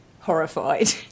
horrified